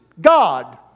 God